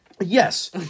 Yes